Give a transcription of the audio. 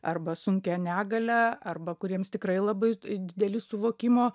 arba sunkia negalia arba kuriems tikrai labai dideli suvokimo